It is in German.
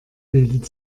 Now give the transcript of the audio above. bildet